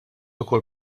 ukoll